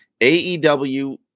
AEW